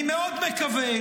אני מאוד מקווה,